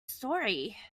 story